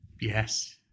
yes